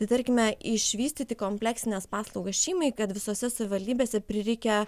tai tarkime išvystyti kompleksines paslaugas šeimai kad visose savivaldybėse prireikę